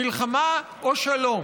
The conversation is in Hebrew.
מלחמה או שלום?